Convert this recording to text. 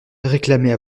réclamait